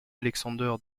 alexander